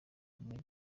muri